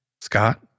Scott